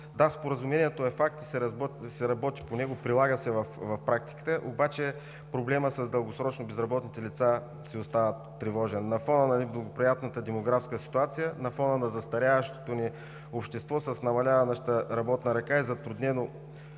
Да, споразумението е факт и се работи по него, прилага се в практиката. Обаче проблемът с дългосрочно безработните лица си остава тревожен. На фона на неблагоприятната демографска ситуация, на фона на застаряващото ни общество с намаляваща работна ръка е затруднено